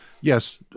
Yes